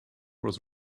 was